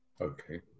Okay